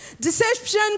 Deception